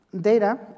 data